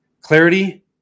clarity